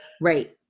Right